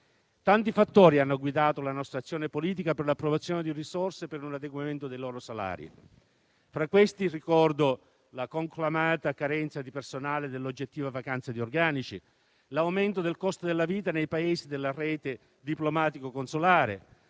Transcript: Tanti fattori hanno guidato la nostra azione politica per l'approvazione di risorse per un adeguamento dei loro salari. Fra questi ricordo la conclamata carenza di personale e l'oggettiva vacanza di organici, l'aumento del costo della vita nei Paesi della rete diplomatico-consolare,